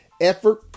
effort